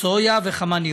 סויה וחמניות,